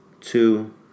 two